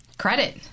Credit